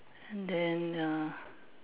then err